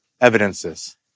evidences